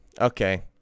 Okay